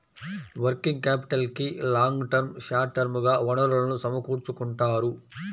working క్యాపిటల్కి long term, short term గా వనరులను సమకూర్చుకుంటారు